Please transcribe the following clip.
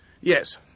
Yes